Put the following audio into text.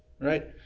right